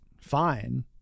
fine